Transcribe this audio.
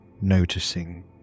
noticing